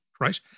Right